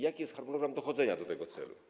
Jaki jest harmonogram dochodzenia do tego celu?